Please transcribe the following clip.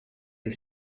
del